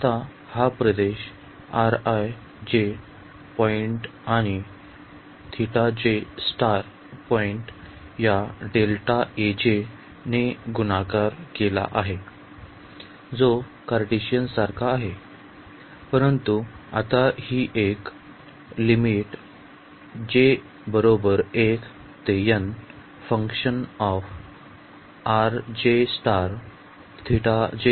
आता हा प्रदेश पॉईंट आणि पॉईंट या ने गुणाकार केला आहे जो कार्टेशियन सारखा आहे